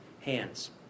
hands